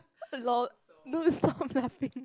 lol no stop laughing